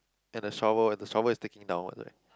and the shovel and the shovel is digging downward eh